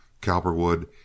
Cowperwood